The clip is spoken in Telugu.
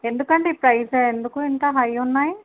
ఎందుకండి ప్రైస్ ఎందుకు ఇంత హై ఉన్నాయి